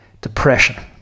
depression